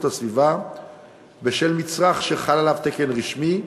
הסביבה בשל מצרך שחל עליו תקן רשמי,